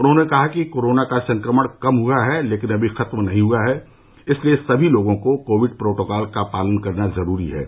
उन्होंने कहा कि कोरोना का संक्रमण कम हुआ है लेकिन अभी ख़त्म नहीं हुआ है इसलिये सभी लोगों को कोविड प्रोटोकॉल का पालन जरूर करना चाहिये